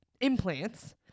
implants